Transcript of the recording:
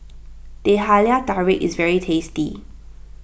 Teh Halia Tarik is very tasty